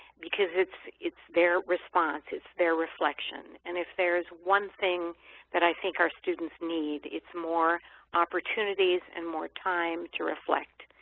because it's it's their response, it's their reflection. and if there is one thing that i think our students need it's more opportunities and more time to reflect.